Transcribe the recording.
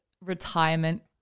retirement